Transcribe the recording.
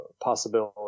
possibility